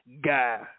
guy